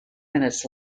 minutes